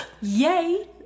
Yay